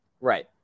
Right